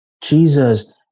Jesus